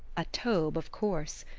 a taube, of course!